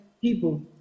people